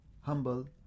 humble